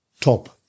top